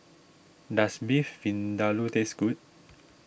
does Beef Vindaloo taste good